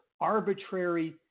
arbitrary